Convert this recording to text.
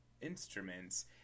instruments